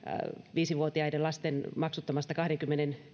viisi vuotiaiden lasten maksuttomasta kahdenkymmenen